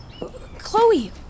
Chloe